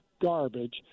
garbage